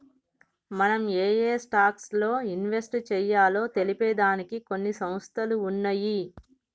మనం ఏయే స్టాక్స్ లో ఇన్వెస్ట్ చెయ్యాలో తెలిపే దానికి కొన్ని సంస్థలు ఉన్నయ్యి